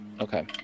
Okay